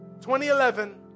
2011